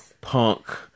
punk